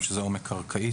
צולל מתקדם,